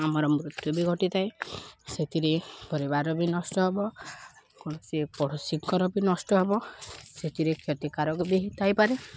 ଆମର ମୃତ୍ୟୁ ବି ଘଟିଥାଏ ସେଥିରେ ପରିବାର ବି ନଷ୍ଟ ହବ କୌଣସି ପଡ଼ୋଶୀଙ୍କର ବି ନଷ୍ଟ ହବ ସେଥିରେ କ୍ଷତିକାରକ ବି ଥାଇପାରେ